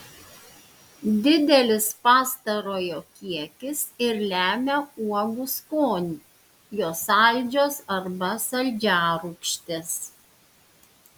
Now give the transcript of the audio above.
didelis pastarojo kiekis ir lemia uogų skonį jos saldžios arba saldžiarūgštės